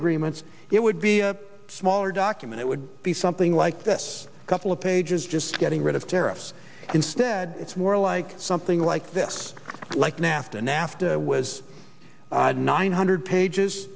agreements it would be a smaller document it would be something like this couple of pages just getting rid of tariffs instead it's more like something like this like nafta nafta was nine hundred pages